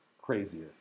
crazier